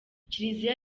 kiliziya